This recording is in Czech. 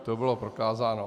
To bylo prokázáno.